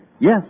Yes